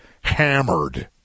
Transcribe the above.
Hammered